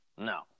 No